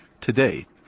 today